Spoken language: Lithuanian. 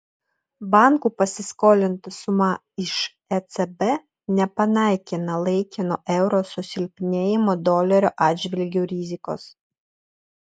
bankų pasiskolinta suma iš ecb nepanaikina laikino euro susilpnėjimo dolerio atžvilgiu rizikos